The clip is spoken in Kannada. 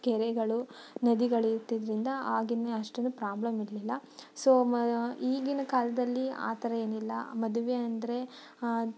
ಕೆರೆಗಳು ನದಿಗಳು ಇರ್ತಿದ್ದರಿಂದ ಆಗಿನ್ನೆ ಅಷ್ಟೇನೂ ಪ್ರಾಬ್ಲಮ್ ಇರಲಿಲ್ಲ ಸೋ ಈಗಿನ ಕಾಲದಲ್ಲಿ ಆ ಥರ ಏನಿಲ್ಲ ಮದುವೆ ಅಂದರೆ